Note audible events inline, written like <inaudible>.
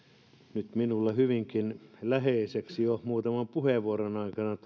nyt minulle hyvinkin läheiseksi jo muutaman puheenvuoron aikana <unintelligible>